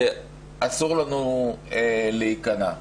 אסור לנו להיכנע.